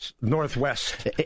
Northwest